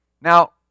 now